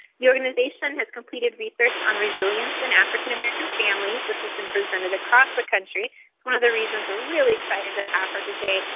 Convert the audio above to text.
the organization has completed research on resilience in african-american families, which has been presented across the country. it's one of the reasons we're really excited to have her today.